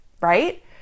right